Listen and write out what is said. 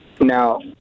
Now